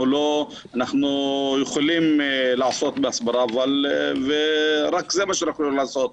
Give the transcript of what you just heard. אנחנו יכולים לעסוק בהסברה אבל רק את זה אנחנו יכולים לעשות.